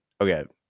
okay